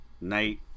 Night